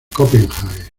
copenhague